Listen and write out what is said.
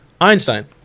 Einstein